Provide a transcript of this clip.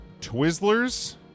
Twizzlers